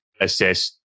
assess